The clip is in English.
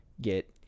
get